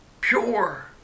pure